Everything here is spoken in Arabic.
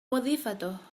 وظيفته